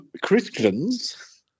Christians